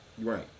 Right